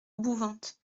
bouvante